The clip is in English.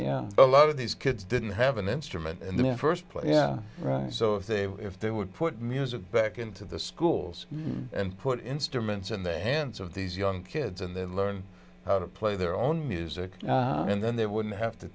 and a lot of these kids didn't have an instrument and the st place yeah right so if they would put music back into the schools and put instruments in the hands of these young kids and then learn how to play their own music and then they wouldn't have to